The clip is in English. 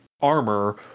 armor